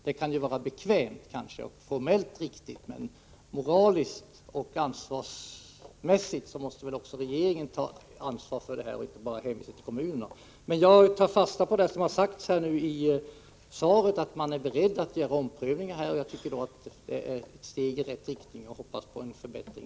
Kanske är detta bekvämt och formellt riktigt, men moraliskt måste väl regeringen ta sitt ansvar och inte bara hänvisa till kommunerna. Jag tar emellertid fasta på vad som står i svaret, nämligen att man är beredd att ompröva saken. Det är ett steg i rätt riktning, och jag hoppas på en förbättring.